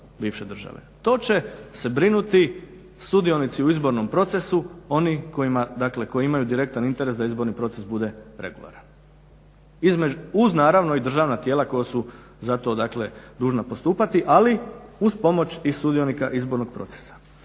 To će se brinuti sudionici u izbornom procesu, oni koji imaju direktan interes da izborni proces bude regularan, uz naravno i državna tijela koja su za to dužna postupati, ali uz pomoć i sudionika izbornog procesa.